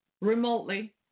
remotely